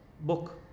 book